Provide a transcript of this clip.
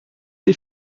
sie